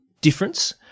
difference